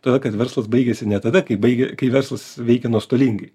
todėl kad verslas baigiasi ne tada kai baigė kai verslas veikia nuostolingai